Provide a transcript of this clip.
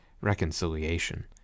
reconciliation